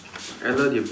I let you be